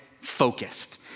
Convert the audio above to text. focused